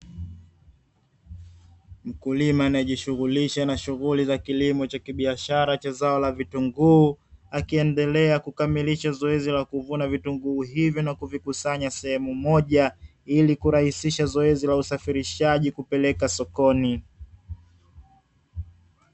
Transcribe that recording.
Mkulima anayejishughulisha na shughuli za kilimo cha kibiashara cha zao la vitunguu akiendelea kukamilisha zoezi la kuvuna vitunguu hivi, na kuvikusanya sehemu moja ili kurahisisha zoezi la usafirishaji kupeleka sokoni.